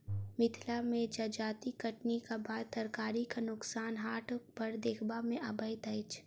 मिथिला मे जजाति कटनीक बाद तरकारीक नोकसान हाट पर देखबा मे अबैत अछि